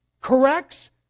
corrects